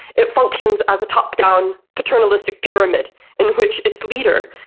it functions as a top-down paternalistic pyramid in which its leader,